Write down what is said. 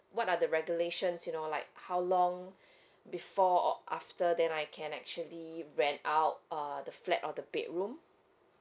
what are the regulations you know like how long before or after that I can actually rent out uh the flat or the bedroom